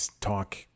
talk